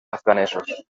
afganesos